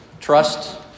trust